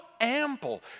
ample